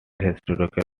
historic